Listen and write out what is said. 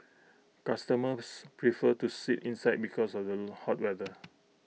customers prefer to sit inside because of the hot weather